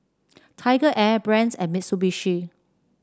TigerAir Brand's and Mitsubishi